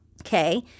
Okay